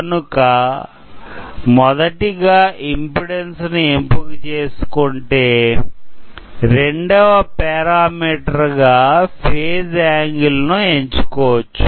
కనుక మొదటిగా ఇంపిడెన్స్ ను ఎంపిక చేసుకొంటే రెండవ పారామీటర్ గా ఫేజ్ యాంగిల్ ను ఎంచుకోవచ్చు